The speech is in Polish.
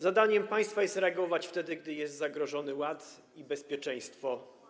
Zadaniem państwa jest reagować wtedy, gdy są zagrożone ład i bezpieczeństwo.